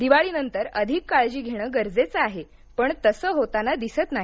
दिवाळी आणि नंतर अधिक काळजी घेणं गरजेचं आहे पण तसं होताना दिसत नाही